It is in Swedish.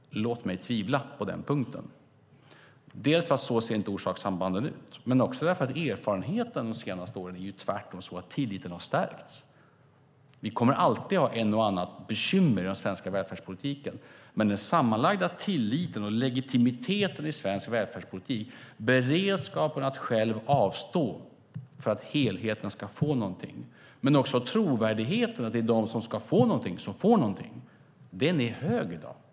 Låt mig tvivla på den punkten. Dels är det för att så ser inte orsakssambanden ut, dels är det för att erfarenheten från de senaste åren tvärtom är att tilliten har stärkts. Vi kommer alltid att ha ett och annat bekymmer i den svenska välfärdspolitiken, men den sammanlagda tilliten och legitimiteten i svensk välfärdspolitik, beredskapen att själv avstå för att helheten ska få något, också trovärdigheten att de som ska få någonting får någonting, är hög i dag.